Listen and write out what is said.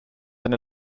eine